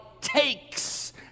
takes